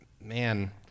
man